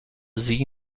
zee